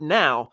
now